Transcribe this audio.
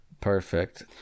Perfect